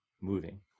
moving